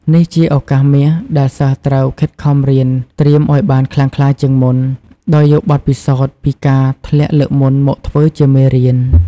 នេះជាឱកាសមាស ដែលសិស្សត្រូវខិតខំរៀនត្រៀមឲ្យបានខ្លាំងក្លាជាងមុន ដោយយកបទពិសោធន៍ពីការធ្លាក់លើកមុនមកធ្វើជាមេរៀន។